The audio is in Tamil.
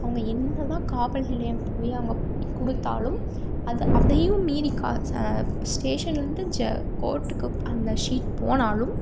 அவங்க என்ன தான் காவல் நிலையம் போய் அங்கே கொடுத்தாலும் அதை அதையும் மீறி கா ஸ்டேஷன்லருந்து ஹை கோர்ட்டுக்கு அந்த சீட் போனாலும்